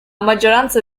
maggioranza